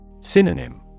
Synonym